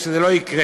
כדי שזה לא יקרה.